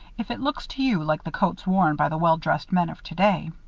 if it looks to you like the coats worn by the well-dressed men of today?